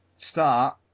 start